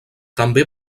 també